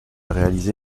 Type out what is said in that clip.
réalisé